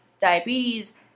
diabetes